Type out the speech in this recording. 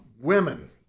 women